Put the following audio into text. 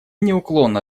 неуклонно